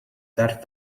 that